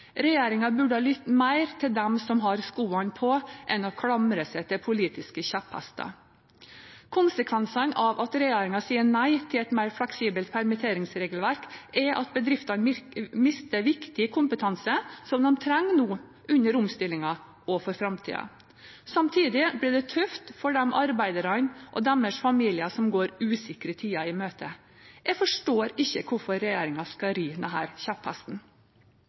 burde lytte mer til dem som har skoene på, enn å klamre seg til politiske kjepphester. Konsekvensene av at regjeringen sier nei til et mer fleksibelt permitteringsregelverk, er at bedriftene mister viktig kompetanse som de trenger nå, under omstillingen og for framtiden. Samtidig blir det tøft for arbeiderne og deres familier, som går usikre tider i møte. Jeg forstår ikke hvorfor regjeringen skal ri